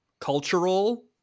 cultural